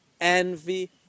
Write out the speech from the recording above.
envy